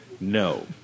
No